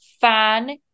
fan